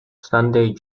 sunday